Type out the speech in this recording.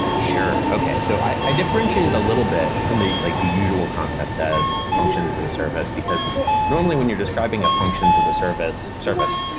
sure. okay. so i different it a little bit from the like the usual concept of functions as a service, because normally when you're describing a functions as a service service,